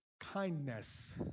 kindness